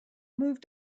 moved